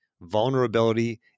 vulnerability